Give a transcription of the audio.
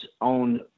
own